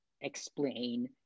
explain